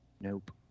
nope